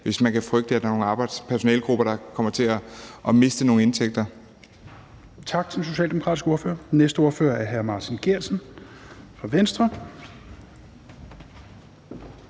hvis man kan frygte, at der er nogle personalegrupper, der kommer til at miste indtægter.